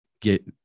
get